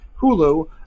Hulu